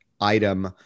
item